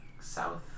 south